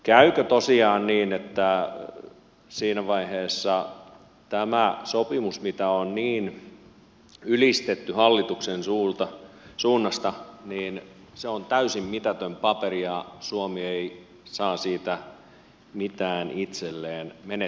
käykö tosiaan niin että siinä vaiheessa tämä sopimus mitä on niin ylistetty hallituksen suunnasta on täysin mitätön paperi ja suomi ei saa siitä mitään itselleen menettää vain